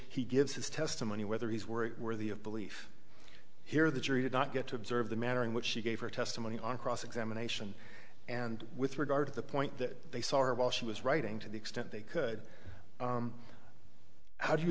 he gives his testimony whether these were worthy of belief here the jury did not get to observe the manner in which she gave her testimony on cross examination and with regard to the point that they saw her while she was writing to the extent they could how do you